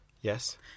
Yes